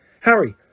Harry